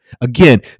Again